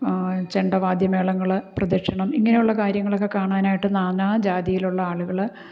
ചെണ്ടവാദ്യ മേളങ്ങൾ പ്രദക്ഷിണം ഇങ്ങനെയുള്ള കാര്യങ്ങളൊക്കെ കാണാനായിട്ട് നാനാജാതിയിലുള്ള ആളുകൾ